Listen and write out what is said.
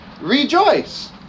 rejoice